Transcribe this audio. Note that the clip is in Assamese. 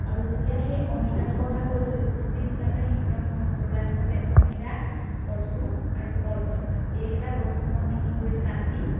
আৰু যেতিয়া সেই অমিতাটোৰ কথা কৈছিলোঁ পুষ্টি হিচাপে সিহঁতক মই ঘৰুৱা হিচাপে অমিতা কচু আৰু কলপচলা এইকেইটা বস্তু মই মিহিকৈ কাটি